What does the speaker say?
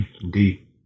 Indeed